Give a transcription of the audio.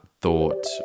thought